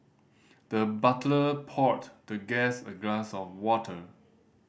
the butler poured the guest a glass of water